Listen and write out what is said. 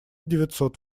девятьсот